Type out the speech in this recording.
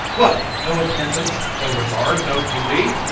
what, no attendance? no regard? no duty?